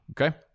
Okay